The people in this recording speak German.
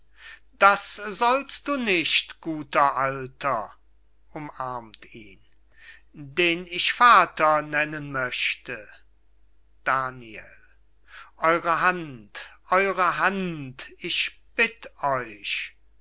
das sollst du nicht guter alter umarmt ihn den ich vater nennen möchte daniel eure hand eure hand ich bitt euch